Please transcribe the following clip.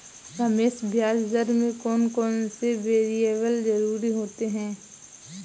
रमेश ब्याज दर में कौन कौन से वेरिएबल जरूरी होते हैं?